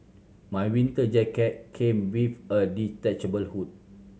my winter jacket came with a detachable hood